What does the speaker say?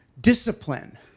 discipline